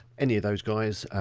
any of those guys.